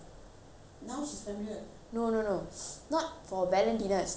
no no no not for valentina it's too late is for me it's too late